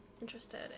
interested